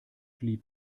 lieb